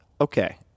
Okay